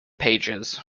pages